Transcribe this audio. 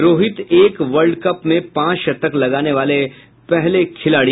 रोहित एक world cup में पांच शतक लगाने वाले पहले खिलाड़ी